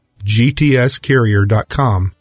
gtscarrier.com